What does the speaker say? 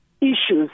issues